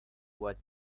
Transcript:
what